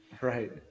Right